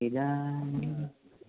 इदानीम्